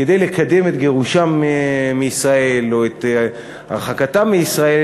כדי לקדם את גירושם מישראל או את הרחקתם מישראל